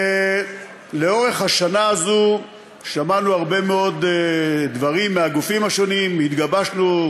לאורך השנה הזאת שמענו הרבה מאוד דברים מהגופים השונים והתגבשנו,